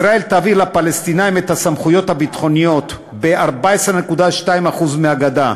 ישראל תעביר לפלסטינים את הסמכויות הביטחוניות ב-14.2% מהגדה.